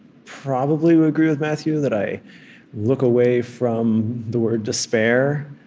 probably would agree with matthew that i look away from the word despair.